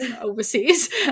overseas